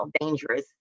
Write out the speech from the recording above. dangerous